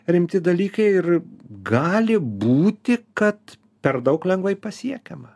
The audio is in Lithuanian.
rimti dalykai ir gali būti kad per daug lengvai pasiekiama